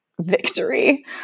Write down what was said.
victory